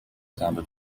sounded